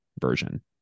version